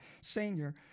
senior